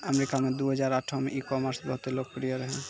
अमरीका मे दु हजार आठो मे ई कामर्स बहुते लोकप्रिय रहै